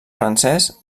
francès